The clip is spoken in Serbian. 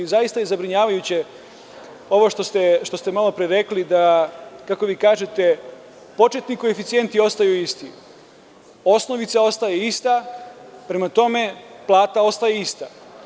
Zaista je zabrinjavajuće ovo što ste malopre rekli da, kako vi kažete, početni koeficijenti ostaju isti, osnovica ostaje ista, prema tome plata ostaje ista.